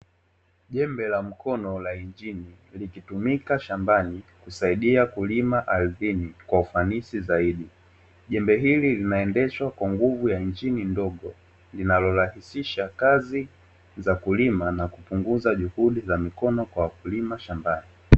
Jembe la mkono la injini likitumika shambani kusaidia kulima ardhini kwa ufanisi zaidi. Jembe hili linaendeshwa kwa nguvu ya injini ndogo inayorahisisha kazi za kulima na kupunguza juhudi za mikono kwa wakulima shambani.